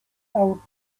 out